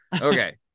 Okay